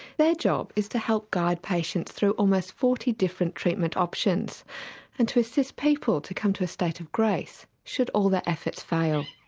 their job is to help guide patients through almost forty different treatment options and to assist people to come to a state of grace should all their efforts fail.